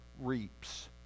reaps